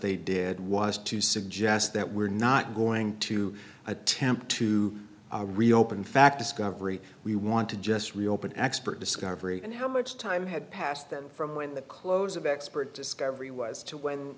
they did was to suggest that we're not going to attempt to reopen fact discovery we want to just reopen expert discovery and how much time had passed them from when the close of expert discovery was to when